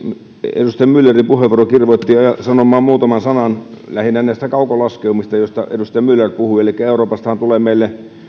edustaja myllerin puheenvuoro kirvoitti sanomaan muutaman sanan lähinnä näistä kaukolaskeumista joista myller puhui elikkä euroopastahan tulee meille